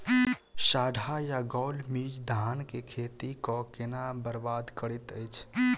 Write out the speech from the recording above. साढ़ा या गौल मीज धान केँ खेती कऽ केना बरबाद करैत अछि?